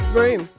room